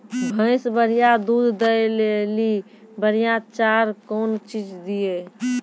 भैंस बढ़िया दूध दऽ ले ली बढ़िया चार कौन चीज दिए?